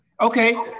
Okay